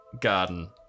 garden